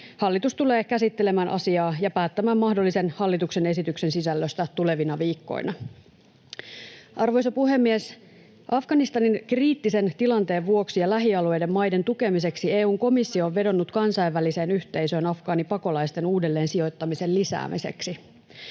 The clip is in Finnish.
Hallitus tulee käsittelemään asiaa ja päättämään mahdollisen hallituksen esityksen sisällöstä tulevina viikkoina. Arvoisa puhemies! Afganistanin kriittisen tilanteen vuoksi ja lähialueiden maiden tukemiseksi EU-komissio on vedonnut kansainväliseen yhteisöön afgaanipakolaisten uudelleensijoittamisen lisäämiseksi.